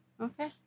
Okay